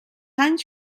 anys